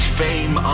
fame